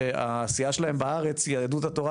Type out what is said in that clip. שהסיעה שלהם בארץ היא יהדות התורה,